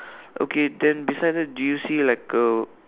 okay then beside that do you see like a